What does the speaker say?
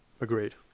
Agreed